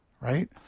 Right